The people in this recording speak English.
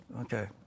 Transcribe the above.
Okay